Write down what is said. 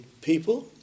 people